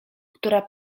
która